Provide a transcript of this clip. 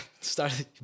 started